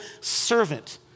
servant